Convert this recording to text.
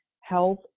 health